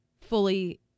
fully